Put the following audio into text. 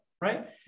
right